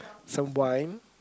some wine